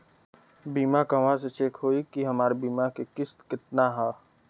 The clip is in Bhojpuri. बीमा कहवा से चेक होयी की हमार बीमा के किस्त केतना ह?